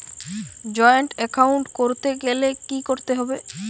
Joint account করতে গেলে কি করতে হবে?